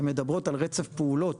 שמדברות על רצף פעילות